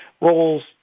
roles